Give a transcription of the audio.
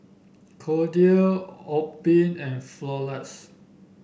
Kordel's Obimin and Floxia